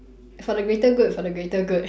for the greater good for the greater good